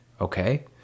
okay